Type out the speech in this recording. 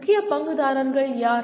முக்கிய பங்குதாரர்கள் யார்